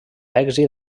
èxit